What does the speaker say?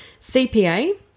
CPA